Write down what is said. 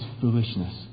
foolishness